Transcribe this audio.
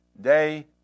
day